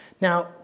Now